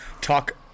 talk